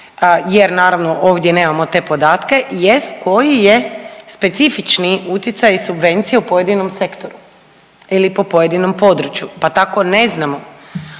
jer naravno, ovdje nemamo te podatke jest koji je specifični utjecaj subvencije u pojedinom sektoru ili po pojedinom području, pa tako ne znamo